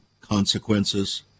consequences